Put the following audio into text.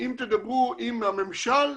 אם תדברו עם הממשל